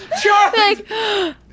Charlie